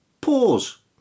Pause